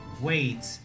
wait